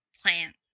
plant